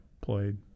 played